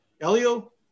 Elio